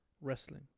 wrestling